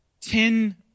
ten